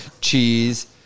Cheese